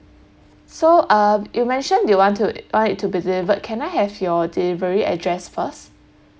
so um you mentioned you want to want it to be delivered can I have your delivery address first